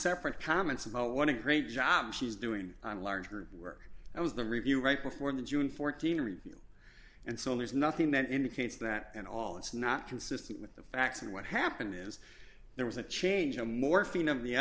separate comments about what a great job she's doing and larger work it was the review right before the june fourteen review and so there's nothing that indicates that at all it's not consistent with the facts and what happened is there was a change of morphine of the